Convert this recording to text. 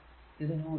ഇത് നോഡ് 1